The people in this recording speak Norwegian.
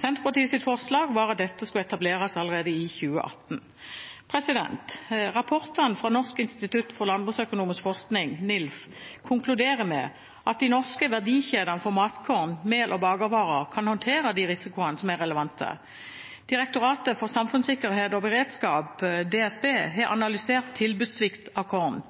Senterpartiets forslag var at dette skulle etableres allerede i 2018. Rapportene fra Norsk institutt for landbruksøkonomisk forskning, NILF, konkluderer med at de norske verdikjedene for matkorn, mel og bakervarer kan håndtere de risikoene som er relevante. Direktoratet for samfunnssikkerhet og beredskap, DSB, har analysert tilbudssvikt for korn.